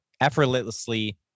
effortlessly